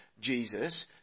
Jesus